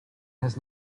has